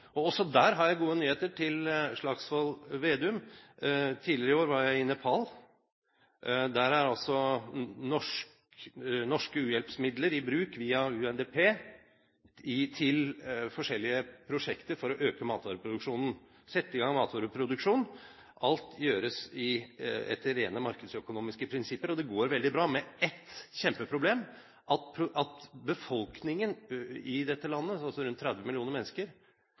Også der har jeg gode nyheter til Slagsvold Vedum: Tidligere i år var jeg i Nepal. Der er norske u-hjelpsmidler i bruk via UNDP til forskjellige prosjekter for å sette i gang og øke matvareproduksjonen. Alt gjøres etter rene markedsøkonomiske prinsipper, og det går veldig bra – med ett kjempeproblem: Befolkningen i dette landet – rundt 30 millioner mennesker